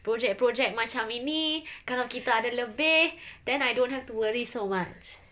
project project macam ini kalau kita ada lebih then I don't have to worry so much